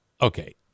okay